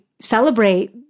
celebrate